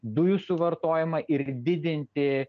dujų suvartojimą ir didinti